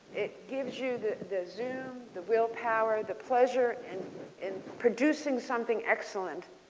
it gives you the the zoom, the will power, the pleasure in in produce ing something excellent.